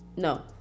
No